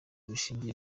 bushingiye